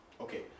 Okay